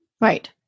Right